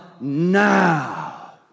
now